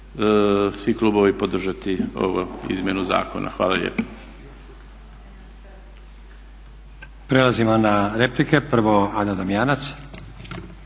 svi klubovi podržati ovu izmjenu zakona. Hvala lijepa.